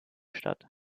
statt